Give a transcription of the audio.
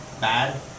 bad